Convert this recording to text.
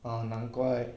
ah 难怪